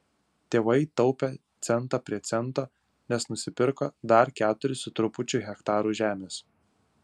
tėvai taupė centą prie cento nes nusipirko dar keturis su trupučiu hektarų žemės